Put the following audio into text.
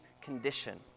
condition